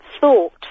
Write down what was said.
thought